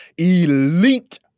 elite